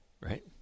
right